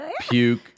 Puke